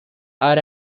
are